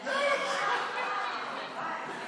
התשפ"ב 2022, לוועדת העבודה והרווחה נתקבלה.